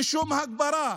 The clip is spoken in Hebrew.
שום הגברה,